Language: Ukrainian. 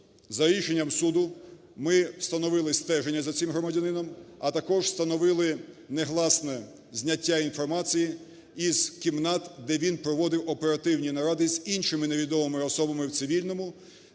за рішенням суду ми встановили стеження за цим громадянином, а також встановили негласне зняття інформації із кімнат, де він проводив оперативні наради з іншими невідомими особами в цивільному,